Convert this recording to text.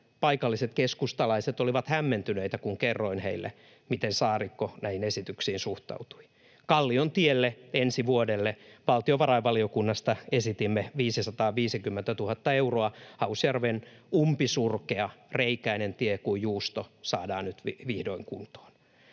Paikalliset keskustalaiset olivat hämmentyneitä, kun kerroin heille, miten Saarikko näihin esityksiin suhtautui. Kalliontielle ensi vuodelle valtiovarainvaliokunnasta esitimme 550 000 euroa. Hausjärven umpisurkea, reikäinen tie — kuin juusto — saadaan nyt vihdoin kuntoon.